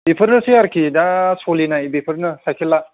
बेफोरनोसै आरोखि दा सोलिनाय बेफोरनो साइकेलआ